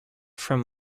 from